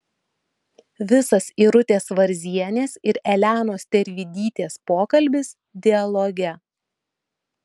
visas irutės varzienės ir elenos tervidytės pokalbis dialoge